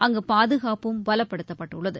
அங்கு பாதுகாப்பும் பலப்படுத்தப்பட்டுள்ளது